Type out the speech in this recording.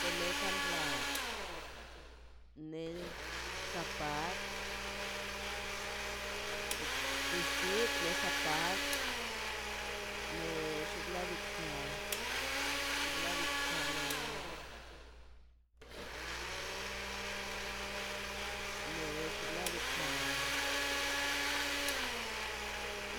Bene kan lar nen zapat vestid nes zapat nex xnaꞌ diikaꞌ xinladika ne xinladika